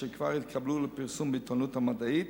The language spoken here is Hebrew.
שכבר התקבלו לפרסום בעיתונות המדעית